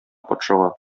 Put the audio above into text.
патшага